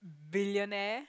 billionaire